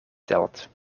telt